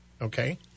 Okay